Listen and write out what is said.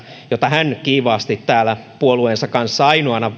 jota hän kiivaasti täällä puolueensa kanssa